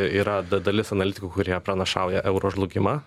yra dalis analitikų kurie pranašauja euro žlugimą